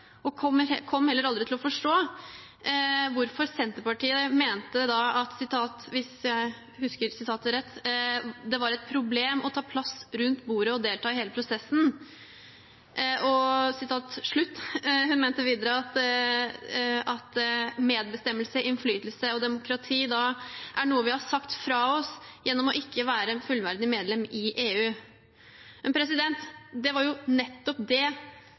heller aldri kom til å forstå, hvorfor Senterpartiet mente at det skulle være et problem å ta plass rundt bordet og være med i hele prosessen. Hun mente videre at medbestemmelse, innflytelse og demokrati er noe vi har sagt fra oss gjennom ikke å være et fullverdig medlem i EU. Men det er jo nettopp det